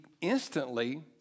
instantly